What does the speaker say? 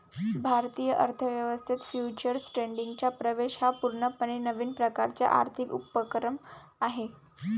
भारतीय अर्थ व्यवस्थेत फ्युचर्स ट्रेडिंगचा प्रवेश हा पूर्णपणे नवीन प्रकारचा आर्थिक उपक्रम आहे